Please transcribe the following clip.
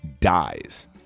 dies